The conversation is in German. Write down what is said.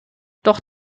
doch